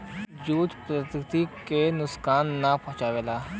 jute प्रकृति के नुकसान ना पहुंचावला